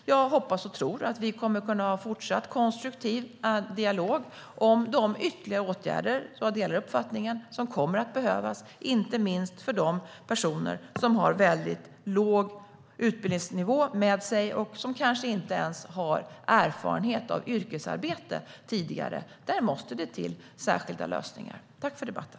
Jag hoppas och tror att vi kommer att kunna en fortsatt konstruktiv dialog om de ytterligare åtgärder som kommer att behövas - den uppfattningen delar jag - inte minst för de personer som har låg utbildningsnivå med sig och som kanske inte ens har tidigare erfarenhet av yrkesarbete. Där måste det till särskilda lösningar. Tack för debatten!